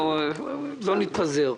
לא נתפזר.